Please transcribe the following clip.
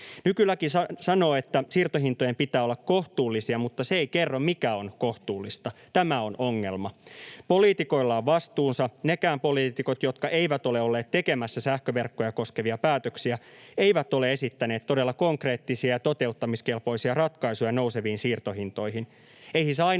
Nykylaki sanoo, että siirtohintojen pitää olla kohtuullisia, mutta se ei kerro, mikä on kohtuullista. Tämä on ongelma. Poliitikoilla on vastuunsa. Nekään poliitikot, jotka eivät ole olleet tekemässä sähköverkkoja koskevia päätöksiä, eivät ole esittäneet todella konkreettisia ja toteuttamiskelpoisia ratkaisuja nouseviin siirtohintoihin